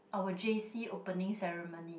our j_c opening ceremony